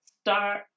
Start